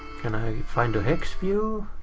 can i find the hex view?